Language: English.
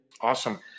Awesome